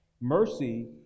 Mercy